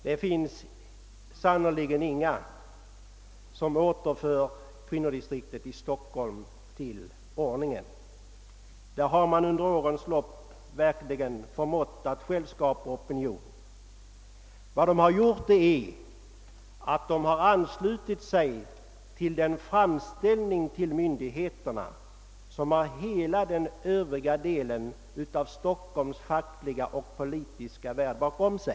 Det finns sannerligen ingen som återför kvinnodistriktet i Stockholm till ordningen. Där har man under årens lopp verkligen förmått att själv skapa opinion. Vad distriktet i detta fall gjort är att det anslutit sig till den framställning till myndigheterna, som har hela den övriga delen av Stockholms fackliga och politiska arbetarrörelse bakom sig.